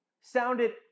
sounded